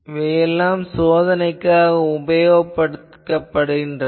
இவையெல்லாம் சோதனைக்காக ஆய்வகத்திற்குள் உபயோகிக்கப்படுகின்றன